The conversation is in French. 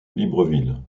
libreville